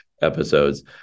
episodes